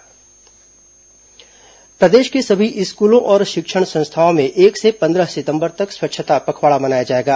स्वच्छता पखवाड़ा प्रदेश के सभी स्कूलों और शिक्षण संस्थाओं में एक से पंद्रह सितम्बर तक स्वच्छता पखवाड़ा मनाया जाएगा